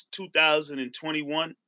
2021